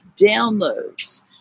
downloads